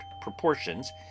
proportions